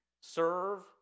serve